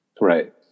Right